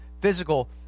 physical